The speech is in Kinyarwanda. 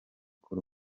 cool